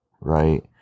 right